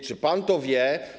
Czy pan to wie?